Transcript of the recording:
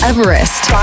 Everest